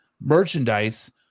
merchandise